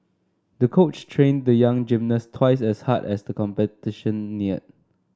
the coach trained the young gymnast twice as hard as the competition neared